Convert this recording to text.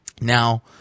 now